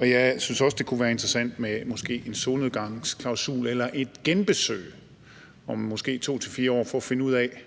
Jeg synes også, det kunne være interessant med en solnedgangsklausul, måske, eller et genbesøg om måske 2-4 år og prøve at finde ud af,